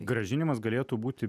grąžinimas galėtų būti